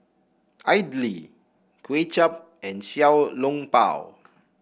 Idly Kway Chap and Xiao Long Bao